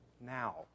now